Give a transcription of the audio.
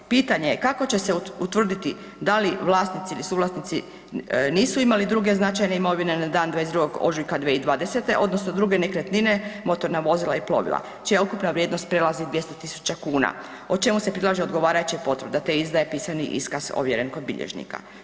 Pitanje je, kako će se utvrditi da li vlasnici ili suvlasnici nisu imali druge značajne imovine na dan 22. ožujka 2020. odnosno druge nekretnine, motorna vozila i plovila čija ukupna vrijednost prelazi 200.000,00 kn o čemu se prilaže odgovarajuća potvrda, te izdaje pisani iskaz ovjeren kod bilježnika.